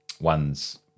ones